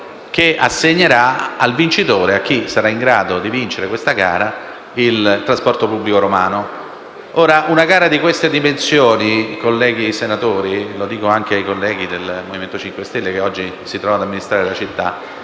che assegnerà al vincitore - a chi sarà in grado di vincere la gara - la gestione del trasporto pubblico romano. Una gara di queste dimensioni, colleghi senatori - e mi rivolgo anche ai colleghi del Movimento 5 Stelle, che oggi si trovano ad amministrare la città